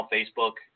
Facebook